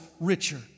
richer